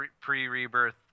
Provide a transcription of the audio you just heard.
pre-rebirth